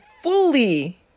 fully